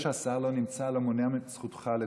זה שהשר לא נמצא לא מונע את זכותך לדבר,